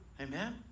Amen